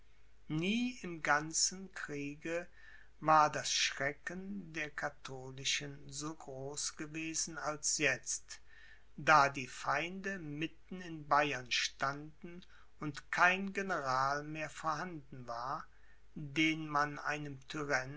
nie im ganzen kriege war das schrecken der katholischen so groß gewesen als jetzt da die feinde mitten in bayern standen und kein general mehr vorhanden war den man einem